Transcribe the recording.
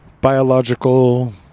biological